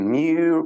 new